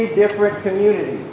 different communities